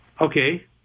Okay